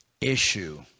issue